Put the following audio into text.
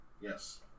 Yes